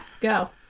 go